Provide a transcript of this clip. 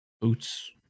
Boots